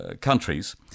countries